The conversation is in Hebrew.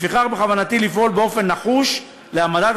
לפיכך בכוונתי לפעול באופן נחוש להעמדת